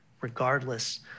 regardless